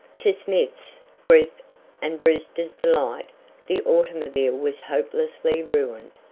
to smith's grief and brewster's delight the automobile was hopelessly ruined,